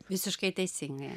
visiškai teisingai